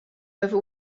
over